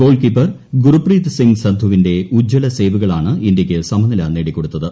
goal keeper Gurpreet Singh സന്ധുവിന്റെ ഉജ്വല സേവുകളാണ് ഇന്ത്യയ്ക്കു സമനില് നേടിക്കൊടുത്തത്